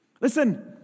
Listen